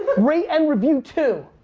rate and review too.